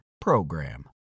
PROGRAM